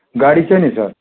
गाडी चाहिँ नि सर